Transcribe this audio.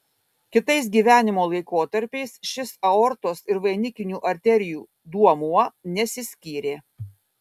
kitais gyvenimo laikotarpiais šis aortos ir vainikinių arterijų duomuo nesiskyrė